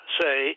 say